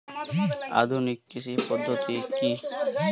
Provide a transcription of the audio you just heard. আধুনিক কৃষি পদ্ধতি কী?